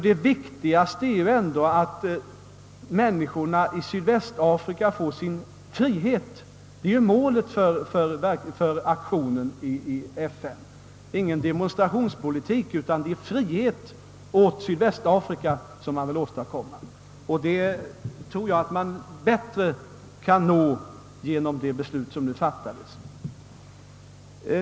Det viktigaste är ändå att människorna i Sydvästafrika får sin frihet. Det är målet för aktionen i FN. Det är ingen demonstrationspolitik utan det är frihet åt Sydvästafrika man vill åstadkomma. Den tror jag att man kan nå på ett bättre sätt genom det beslut som nu fattades.